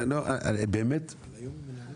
אתם מנהלים